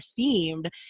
themed